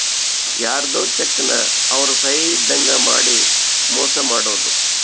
ಯಾರ್ಧೊ ಚೆಕ್ ನ ಅವ್ರ ಸಹಿ ಇದ್ದಂಗ್ ಮಾಡಿ ಮೋಸ ಮಾಡೋದು